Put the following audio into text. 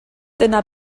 dyna